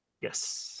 Yes